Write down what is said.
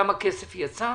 כמה כסף יצא,